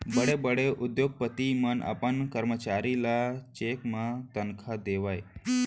बड़े बड़े उद्योगपति मन अपन करमचारी ल चेक म तनखा देवय